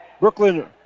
Brooklyn